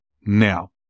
now